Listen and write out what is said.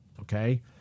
okay